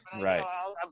right